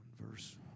verse